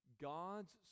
God's